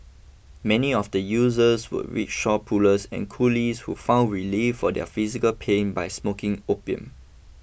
many of the users were rickshaw pullers and coolies who found relief for their physical pain by smoking opium